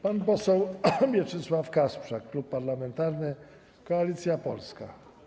Pan poseł Mieczysław Kasprzak, Klub Parlamentarny Koalicja Polska.